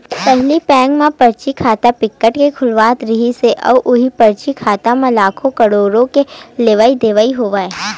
पहिली बेंक म फरजी खाता बिकट के खुलत रिहिस हे अउ उहीं फरजी खाता म लाखो, करोड़ो के लेवई देवई होवय